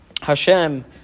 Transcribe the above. Hashem